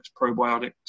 probiotics